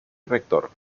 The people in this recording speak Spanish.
rector